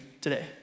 today